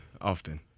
often